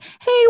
hey